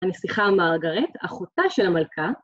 הנסיכה מרגרט, אחותה של המלכה.